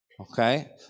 Okay